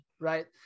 right